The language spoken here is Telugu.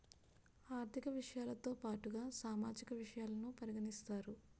ఆర్థిక విషయాలతో పాటుగా సామాజిక విషయాలను పరిగణిస్తారు